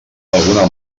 alguna